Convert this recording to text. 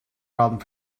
problem